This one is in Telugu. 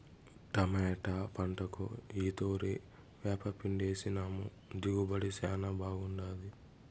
టమోటా పంటకు ఈ తూరి వేపపిండేసినాము దిగుబడి శానా బాగుండాది